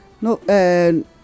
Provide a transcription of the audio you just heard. no